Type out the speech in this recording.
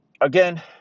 again